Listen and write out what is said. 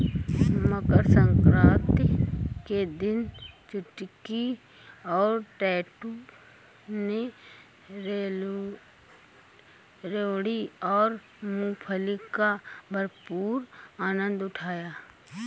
मकर सक्रांति के दिन चुटकी और टैटू ने रेवड़ी और मूंगफली का भरपूर आनंद उठाया